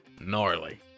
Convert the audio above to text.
Gnarly